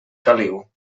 caliu